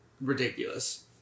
Ridiculous